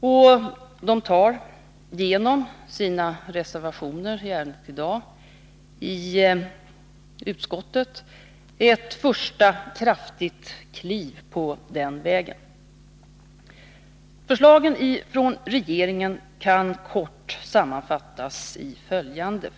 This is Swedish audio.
Moderaterna tar nu genom sina reservationer i ärendet i utskottet ett första kraftigt kliv på den vägen. Förslagen från regeringen kan kort sammanfattas på följande sätt.